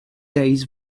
days